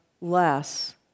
less